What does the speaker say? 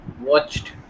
watched